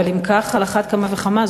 אבל אם כך, על אחת כמה וכמה.